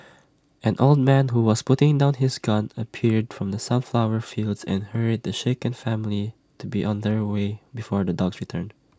an old man who was putting down his gun appeared from the sunflower fields and hurried the shaken family to be on their way before the dogs return